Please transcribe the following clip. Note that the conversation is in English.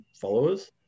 followers